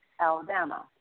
Alabama